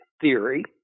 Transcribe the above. theory